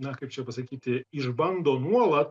na kaip čia pasakyti išbando nuolat